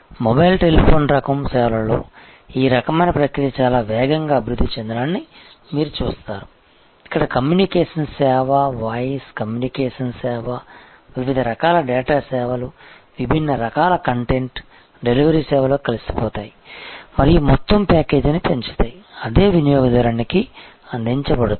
mobile telephony రకం సేవలలో ఈ రకమైన ప్రక్రియ చాలా వేగంగా అభివృద్ధి చెందడాన్ని మీరు చూస్తారు ఇక్కడ కమ్యూనికేషన్ సేవ వాయిస్ కమ్యూనికేషన్ సేవ వివిధ రకాల డేటా సేవలు విభిన్న రకాల కంటెంట్ డెలివరీ సేవలు కలిసిపోతాయి మరియు మొత్తం ప్యాకేజీని పెంచుతాయి అదే వినియోగదారునికి అందించబడుతుంది